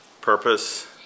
purpose